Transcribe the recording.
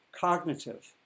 cognitive